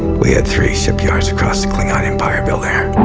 we had three shipyards, across the klingon empire, build her.